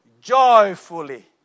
joyfully